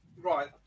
Right